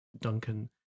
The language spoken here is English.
Duncan